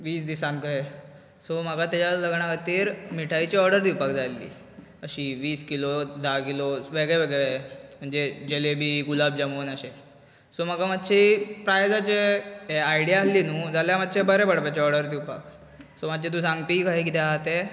वीस दिसांक कहे सो म्हाका तेज्या लग्ना खातीर मिठायेची ऑर्डर दिवपाक जाय आहली अशी वीस किलो धा किलो अशें वेगळे वेगळे म्हणजे जलेबी गुलाबजामून अशे सो म्हाका मात्शे प्रायसाचे हे आयडीया आसली न्हू जाल्यार मात्शे बरें पडपाचे ऑर्डर दिवपाक सो मात्शे तूं सांगपी कशें कितें हा ते